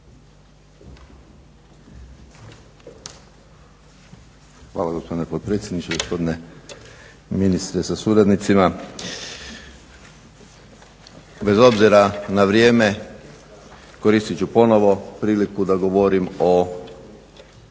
Hvala gospodine potpredsjedniče. Gospodine ministre sa suradnicima. Bez obzira na vrijeme koristit ću ponovo priliku da govorim o